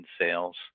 sales